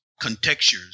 Contextures